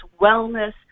wellness